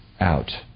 out